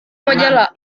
majalah